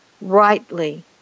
rightly